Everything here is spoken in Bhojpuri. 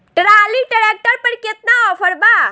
ट्राली ट्रैक्टर पर केतना ऑफर बा?